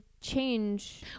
change